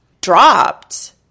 dropped